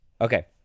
Okay